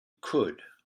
could